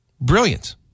brilliant